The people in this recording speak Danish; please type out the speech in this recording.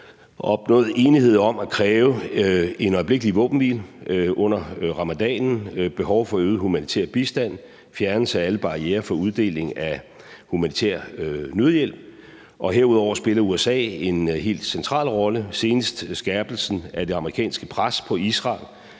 opnået enighed om at kræve en øjeblikkelig våbenhvile under ramadanen og behov for øget humanitær bistand og fjernelse af alle barrierer for uddeling af humanitær nødhjælp. Herudover spiller USA en helt central rolle, senest med skærpelsen af det amerikanske pres på Israel,